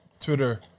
Twitter